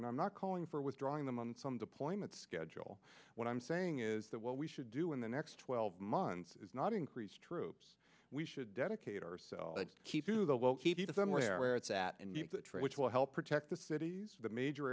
and i'm not calling for withdrawing them on some deployment schedule what i'm saying is that what we should do in the next twelve months is not increase troops we should dedicate ourselves to the low key to somewhere where it's at and which will help protect the cities the major